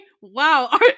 wow